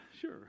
Sure